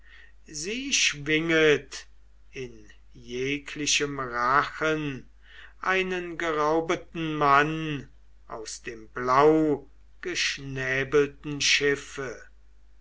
sie schwinget in jeglichem rachen einen geraubeten mann aus dem blaugeschnäbelten schiffe